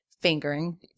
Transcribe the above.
Fingering